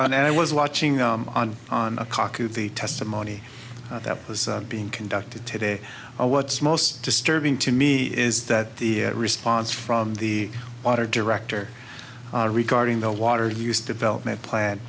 on and i was watching them on on a cock of the testimony that was being conducted today or what's most disturbing to me is that the response from the water director regarding the water used to development plan